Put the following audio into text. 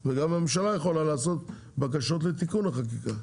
וגם הממשלה יכולה לעשות בקשות לתיקון החקיקה.